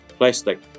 plastic